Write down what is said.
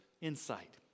insight